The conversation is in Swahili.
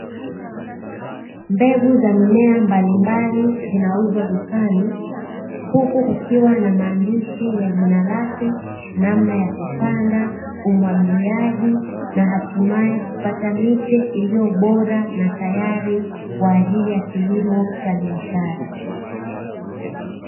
Mbegu za mimea mbalimbali zinauzwa dukani huku kukiwa na maandishi ya jina lake, namna ya kupanda, umwagiliaji; na hatimaye kupata miche iliyo bora na tayari kwa ajili ya kilimo cha biashara.